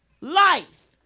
life